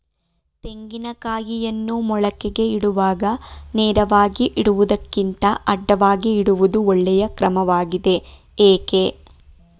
ತೆಂಗಿನ ಕಾಯಿಯನ್ನು ಮೊಳಕೆಗೆ ಇಡುವಾಗ ನೇರವಾಗಿ ಇಡುವುದಕ್ಕಿಂತ ಅಡ್ಡಲಾಗಿ ಇಡುವುದು ಒಳ್ಳೆಯ ಕ್ರಮವಾಗಿದೆ ಏಕೆ?